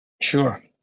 sure